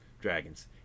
Dragons